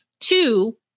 two